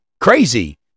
Crazy